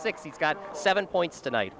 six he's got seven points tonight